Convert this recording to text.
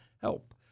help